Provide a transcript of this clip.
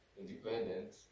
independent